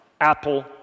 apple